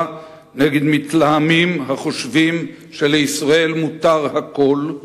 נגד מתלהמים החושבים שלישראל מותר הכול,